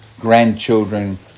grandchildren